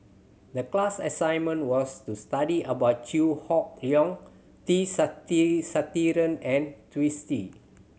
the class assignment was to study about Chew Hock Leong T and Twisstii